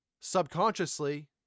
subconsciously